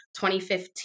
2015